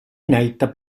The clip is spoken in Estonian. näitab